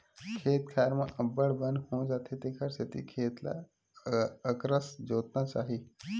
खेत खार म अब्बड़ बन हो जाथे तेखर सेती खेत ल अकरस जोतना चाही